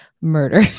murder